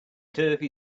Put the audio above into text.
turvy